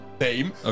name